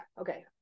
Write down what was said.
Okay